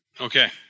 Okay